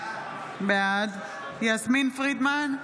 בעד יסמין פרידמן,